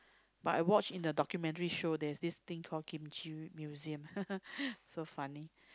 but I watch in the documentary show there's this thing call kimchi museum so funny